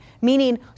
meaning